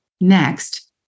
next